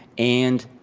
and